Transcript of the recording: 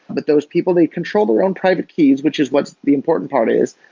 but those people they control the wrong private keys, which is what the important part is,